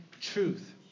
truth